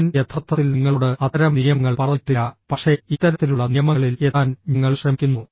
ഞാൻ യഥാർത്ഥത്തിൽ നിങ്ങളോട് അത്തരം നിയമങ്ങൾ പറഞ്ഞിട്ടില്ല പക്ഷേ ഇത്തരത്തിലുള്ള നിയമങ്ങളിൽ എത്താൻ ഞങ്ങൾ ശ്രമിക്കുന്നു